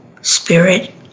spirit